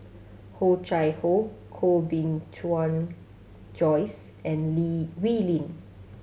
Oh Chai Hoo Koh Bee Tuan Joyce and Lee Wee Lin